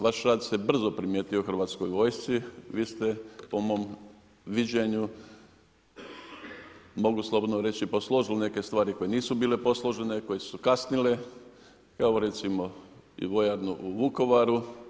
Vaš rad se brzo primijetio u hrvatskoj vojsci, vi ste po mom viđenju, mogu slobodno reći posložili neke stvari koje nisu posložene, koje su kasnile, kao recimo i vojarni u Vukovaru.